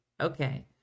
Okay